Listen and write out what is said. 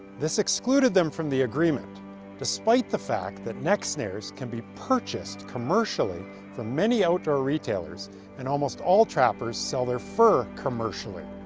this excluded them from the agreement despite the fact that neck snares can be purchased commercially from many outdoor retailers and almost all trappers sell their fur, commercially.